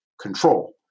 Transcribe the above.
control